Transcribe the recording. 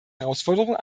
herausforderung